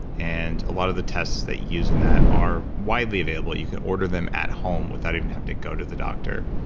and a lot of the tests that you use in that are widely available. you can order them at home, without even having to go to the doctor.